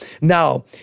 Now